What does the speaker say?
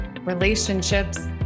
relationships